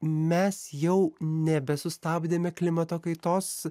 mes jau nebesustabdėme klimato kaitos